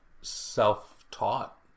self-taught